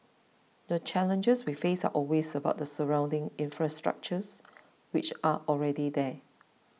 the challenges we face are always about the surrounding infrastructures which are already there